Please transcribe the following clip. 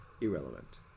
Irrelevant